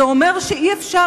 למשל,